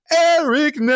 Eric